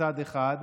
מצד אחד,